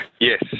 Yes